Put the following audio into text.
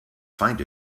find